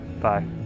Bye